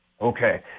okay